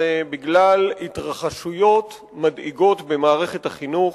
בגלל התרחשויות מדאיגות במערכת החינוך.